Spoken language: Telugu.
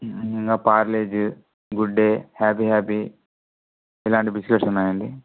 ఇంకా పార్లేజి గుడ్డే హ్యాపీ హ్యాపీ ఇలాంటి బిస్కెట్స్ ఉన్నాయండి